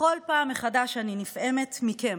בכל פעם מחדש אני נפעמת מכם,